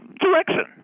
direction